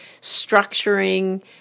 structuring